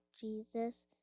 Jesus